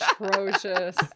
atrocious